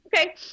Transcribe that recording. Okay